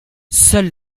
seuls